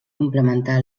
complementar